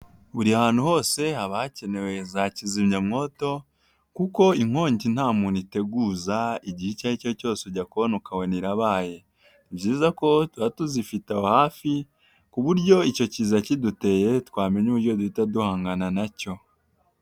Buri hantu hose haba hakenewe za kizimyamwoto, kuko inkongi nta muntu iteguza igihe icyo ari cyo cyose ujya kubona ukabona irabaye, ni byiza ko tuba tuzifite aho hafi ku buryo icyo kiza kiduteye twamenya uburyo duhita duhangana nacyo.